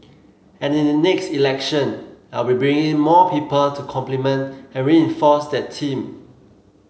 and in the next election I will be bringing in more people to complement and reinforce that team